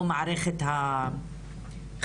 או מערכת החינוך,